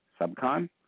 subcon